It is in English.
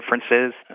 differences